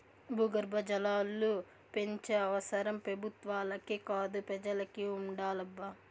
భూగర్భ జలాలు పెంచే అవసరం పెబుత్వాలకే కాదు పెజలకి ఉండాలబ్బా